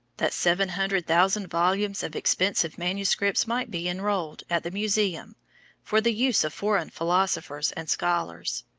that seven hundred thousand volumes of expensive manuscripts might be enrolled at the museum for the use of foreign philosophers and scholars.